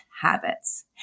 habits